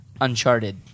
Uncharted